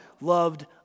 loved